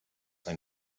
ein